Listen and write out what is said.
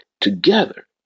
together